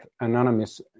anonymous